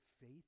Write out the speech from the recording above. faith